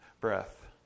breath